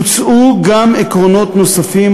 הוצעו גם עקרונות נוספים,